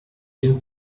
den